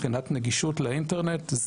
מבחינת נגישות לאינטרנט,